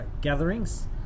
gatherings